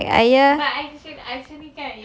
ya like ayah